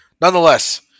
nonetheless